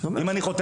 אם אני,